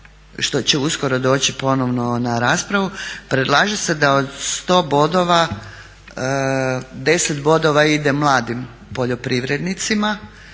što će uskoro doći ponovno na raspravu, predlaže se da od 100 bodova 10 bodova ide mladim poljoprivrednicima